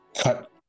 cut